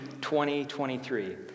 2023